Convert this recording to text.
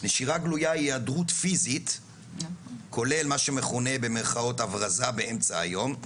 נשירה גלויה היא העדרות פיזית כולל מה שמכונה הברזה באמצע היום".